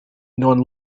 non